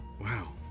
Wow